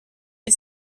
les